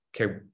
okay